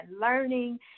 learning